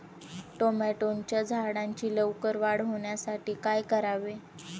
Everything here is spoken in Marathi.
टोमॅटोच्या झाडांची लवकर वाढ होण्यासाठी काय करावे?